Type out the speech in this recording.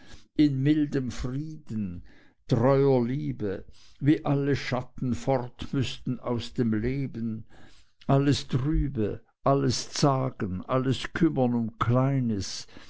in mildem frieden teuer liebe wie alle schatten fort müßten aus dem leben alles trübe alles zagen alles kümmern um kleines